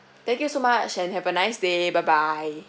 thank you so much and have a nice day bye bye